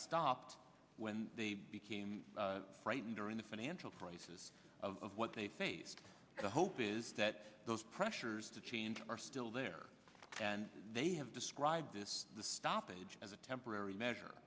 stopped when they became frightened during the financial crisis of what they faced the hope is that those pressures to change are still there and they have described this the stoppage as a